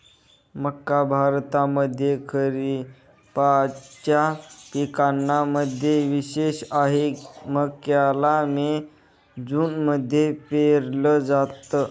मक्का भारतामध्ये खरिपाच्या पिकांना मध्ये विशेष आहे, मक्याला मे जून मध्ये पेरल जात